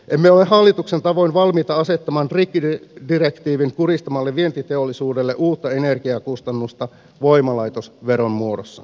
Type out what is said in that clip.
emme ole hallituksen tavoin valmiita asettamaan rikkidirektiivin kuristamalle vientiteollisuudelle uutta energiakustannusta voimalaitosveron muodossa